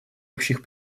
общих